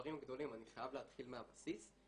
הדברים הגדולים אני חייב להתחיל מהבסיס.